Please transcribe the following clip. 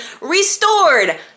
restored